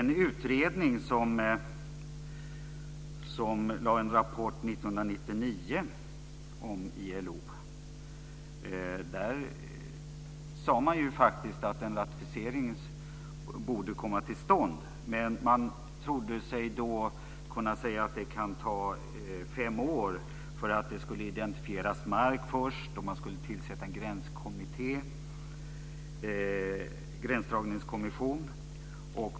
En utredning lade fram en rapport 1999 om ILO. Där sade man faktiskt att en ratificering borde komma till stånd, men man trodde sig då kunna säga att det skulle kunna ta fem år eftersom mark skulle identifieras först och man skulle tillsätta en gränsdragningskommission.